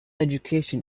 education